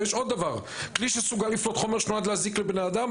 אבל יש עוד דבר: "כלי שסוגל לפלוט חומר הנועד להזיק לאדם,